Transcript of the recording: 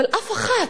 אבל אף אחת,